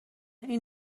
این